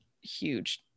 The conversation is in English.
huge